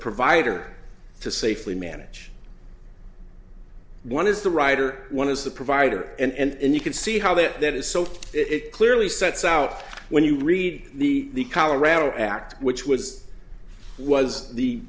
provider to safely manage one is the writer one is the provider and you can see how that that is so it clearly sets out when you read the colorado act which was was the